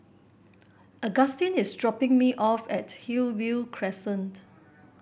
Augustin is dropping me off at Hillview Crescent